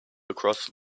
across